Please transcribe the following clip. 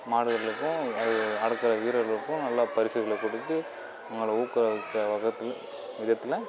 மாடுகளுக்கும் அது அடக்கிற வீரர்களுக்கும் நல்ல பரிசுகளை கொடுத்து அவங்கள ஊக்கவிக்க வகத்துல விதத்தில்